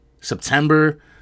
september